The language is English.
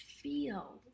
feel